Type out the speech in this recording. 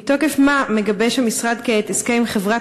1. מתוקף מה מגבש המשרד כעת הסכם עם חברת